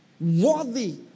Worthy